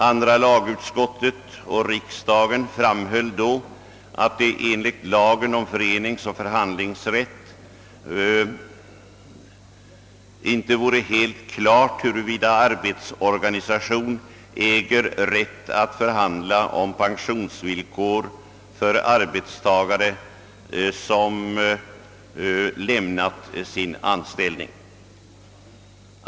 Andra lagutskottet och riksdagen framhöll då att det enligt lagen om föreningsoch förhandlingsrätt inte vore helt klart huruvida arbetsorganisation ägde rätt att förhandla om pensionsvillkor för arbetstagare som lämnat sin anställning.